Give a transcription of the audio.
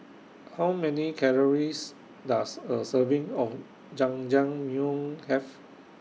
How Many Calories Does A Serving of Jajangmyeon Have